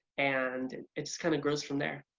and it just kind of grows from there.